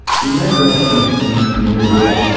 you make reference in in your book